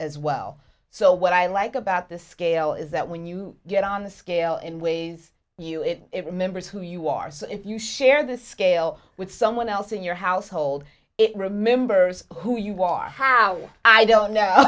as well so what i like about this scale is that when you get on the scale in ways you it it remembers who you are so if you share the scale with someone else in your household it remembers who you are how i don't know